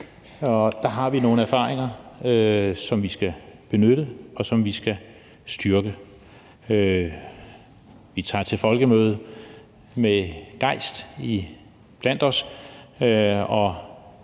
der har vi nogle erfaringer, som vi skal benytte, og som vi skal styrke. Vi tager til folkemøde med gejst blandt os, og